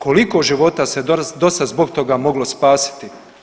Koliko života se do sad zbog toga moglo spasiti?